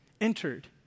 entered